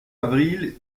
avril